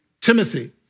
Timothy